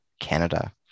Canada